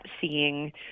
seeing